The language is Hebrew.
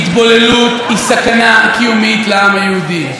התבוללות היא סכנה קיומית לעם היהודי.